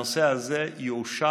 כדי הנושא הזה יאושר.